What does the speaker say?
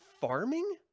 farming